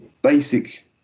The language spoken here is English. basic